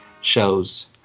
shows